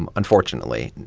um unfortunately.